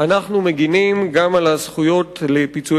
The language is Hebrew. אנחנו מגינים גם על הזכויות לפיצויי